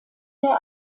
der